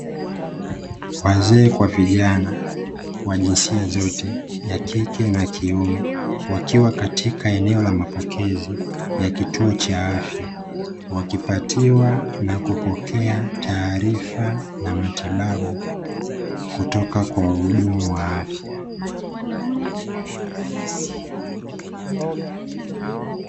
Wazee kwa vijana wa jinsia zote ya kike na kiume, wakiwa katika eneo la mapokezi ya kituo cha afya, wakipatiwa na kupokea taarifa na matibabu, kutoka kwa wahudumu wa afya.